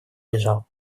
лежал